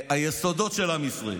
תחת היסודות של עם ישראל.